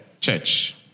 church